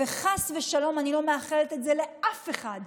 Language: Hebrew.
וחס ושלום אני לא מאחלת את זה לאף אחד,